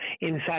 inside